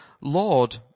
Lord